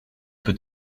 peux